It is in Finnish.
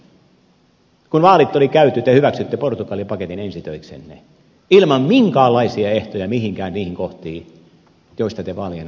kun vaalit oli käyty te hyväksyitte portugali paketin ensi töiksenne ilman minkäänlaisia ehtoja mihinkään niihin kohtiin joista te vaalien alla puhuitte